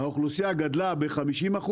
האוכלוסייה גדלה ב-50%,